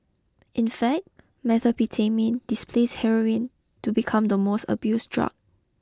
in fact Methamphetamine displaced Heroin to become the most abused drug